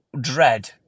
dread